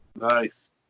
Nice